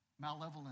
malevolent